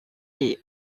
les